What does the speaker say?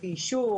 לפי אישור,